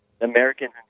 Americans